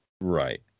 Right